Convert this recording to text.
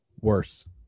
Worse